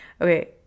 Okay